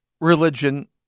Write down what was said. religion